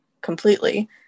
completely